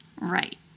Right